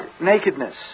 nakedness